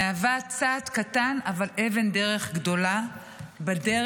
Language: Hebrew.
מהווה צעד קטן אבל אבן דרך גדולה בדרך